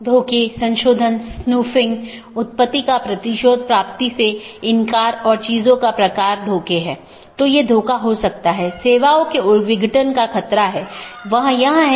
AS number जो network के माध्यम से मार्ग का वर्णन करता है एक BGP पड़ोसी अपने साथियों को पाथ के बारे में बताता है